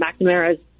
McNamara's